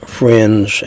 friends